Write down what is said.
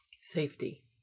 Safety